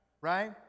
Right